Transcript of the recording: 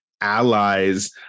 allies